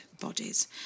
bodies